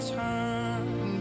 turn